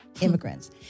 immigrants